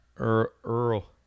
Earl